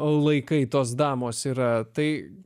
laikai tos damos yra tai